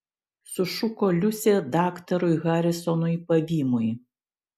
sušuko liusė daktarui harisonui pavymui